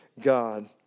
God